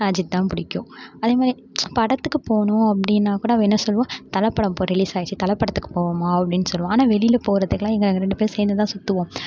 அஜித் தான் பிடிக்கும் அதே மாதிரி படத்துக்கு போகனும் அப்படின்னா கூட அவள் என்ன சொல்லுவாள் தலை படம் இப்போ ரிலீஸ் ஆயிடுச்சு தலை படத்துக்கு போவோம்மா அப்படினு சொல்லுவாள் ஆனால் வெளியில் போகிறதுக்குலாம் எங்கே நாங்கள் ரெண்டு பேரும் சேர்ந்து தான் சுற்றுவோம்